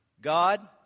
God